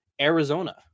Arizona